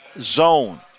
Zone